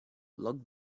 lock